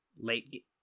late